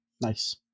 Nice